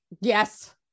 Yes